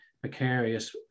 precarious